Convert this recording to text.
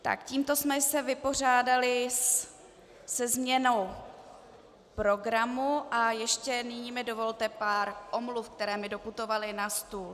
Tak, tímto jsme se vypořádali se změnou programu a ještě nyní mi dovolte pár omluv, které mi doputovaly na stůl.